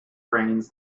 brains